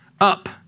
up